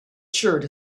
shirt